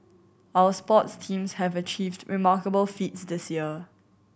our sports teams have achieved remarkable feats this year